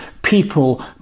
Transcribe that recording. People